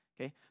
okay